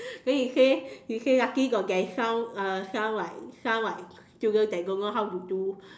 then he say he say lucky got like some uh some like some like students that don't know how to do